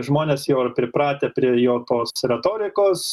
žmonės jau yra pripratę prie jo tos retorikos